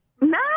No